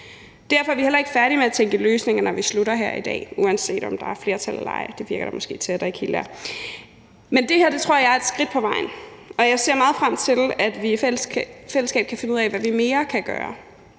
Derfor er vi heller ikke færdige med at tænke løsninger, når vi slutter her i dag, uanset om der er et flertal eller ej – det virker der måske til at der ikke helt er – men det her tror jeg er et skridt på vejen, og jeg ser meget frem til, at vi i fællesskab kan finde ud af, hvad vi mere kan gøre.